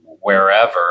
wherever